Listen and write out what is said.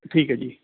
ਠੀਕ ਹੈ ਜੀ